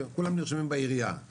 כולם נרשמים בעירייה.